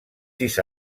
sis